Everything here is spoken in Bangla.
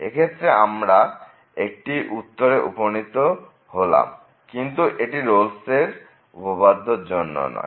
এই ক্ষেত্রে আমরা একটি উত্তরে উপনীত হলাম কিন্তু এটি রোল'স উপপাদ্য র জন্য নয়